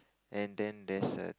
and then there's a